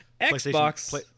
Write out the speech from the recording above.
Xbox